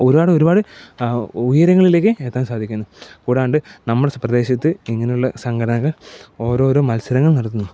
ഒരുപാടൊരുപാട് ഉയരങ്ങളിലേക്ക് എത്താൻ സാധിക്കുന്നു കൂടാണ്ട് നമ്മൾ പ്രദേശത്ത് ഇങ്ങനെ ഉള്ള സംഘടനകൾ ഓരോരോ മത്സരങ്ങൾ നടത്തുന്നു